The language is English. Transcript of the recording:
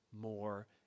more